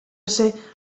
ese